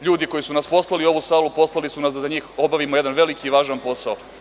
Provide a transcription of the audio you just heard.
Ljudi koji su nas poslali u ovu salu, poslali su nas da za njih obavimo jedan veliki i važan posao.